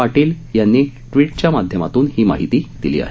पाटील यांनी ट्विटच्या माध्यमातून ही माहिती दिली आहे